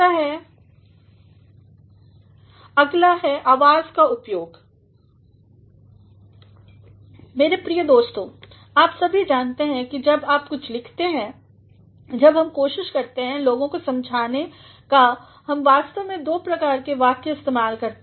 और अगला है आवाज़ का उपयोग मेरे प्रिय दोस्तों आप सभी जानते हैं कि जब हम कुछलिखते हैं जब हम कोशिश करते हैं लोगों को समझाने का हम वास्तव में दो प्रकार के वाक्य इस्तेमाल करते हैं